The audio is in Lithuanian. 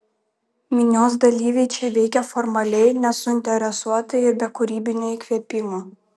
minios dalyviai čia veikė formaliai nesuinteresuotai ir be kūrybinio įkvėpimo